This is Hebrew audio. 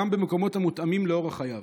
גם במקומות המותאמים לאורח חייו?